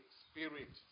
spirit